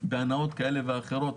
בהנעות כאלה ואחרות,